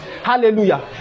hallelujah